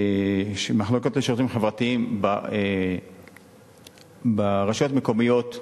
המחלקות לשירותים חברתיים ברשויות המקומיות,